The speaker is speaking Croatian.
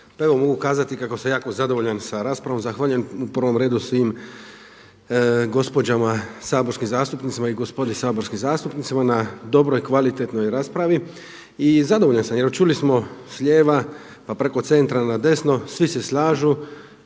evo mogu kazati kako sam jako zadovoljan sa raspravom. Zahvaljujem u prvom redu svim gospođama, saborskim zastupnicama i gospodi saborskim zastupnicima na dobroj, kvalitetnoj raspravi i zadovoljan sam. Evo čuli smo s lijeva preko centra na desno svi se slažu,